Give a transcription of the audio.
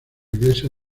iglesia